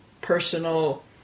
personal